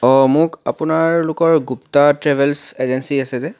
অঁ মোক আপোনালোকৰ গুপ্তা ট্ৰেভেল্ছ এজেঞ্চি আছে যে